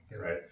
right